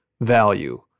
value